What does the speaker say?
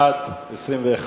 בעד 21,